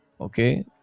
okay